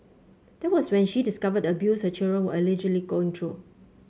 that was when she discovered the abuse her children were allegedly going through